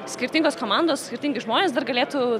skirtingos komandos skirtingi žmonės dar galėtų